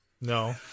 No